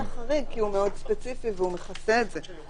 --- החריג, כי הוא מאוד ספציפי והוא מכסה את זה.